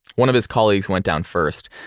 one of his colleagues went down first,